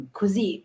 così